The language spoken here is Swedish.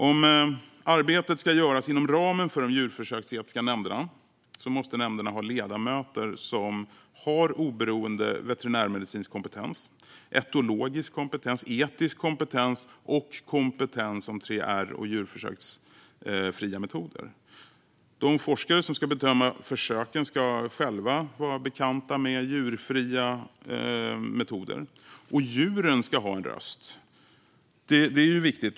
Om arbetet ska göras inom ramen för de djurförsöksetiska nämnderna måste nämnderna ha ledamöter med oberoende veterinärmedicinsk kompetens, etologisk kompetens, etisk kompetens och kompetens om 3R och djurförsöksfria metoder. De forskare som ska bedöma försöken ska själva vara bekanta med djurfria metoder. Djuren ska också ha en röst. Det är viktigt.